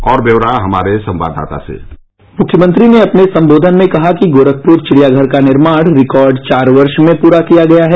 और ब्यौरा हमारे संवाददाता से मुख्यमंत्री ने अपने संबोधन में कहा कि गोरखपुर चिड़ियाघर का निर्माण रिकॉर्ड चार वर्ष में पूरा किया गया है